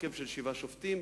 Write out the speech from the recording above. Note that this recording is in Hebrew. בהרכב של שבעה שופטים,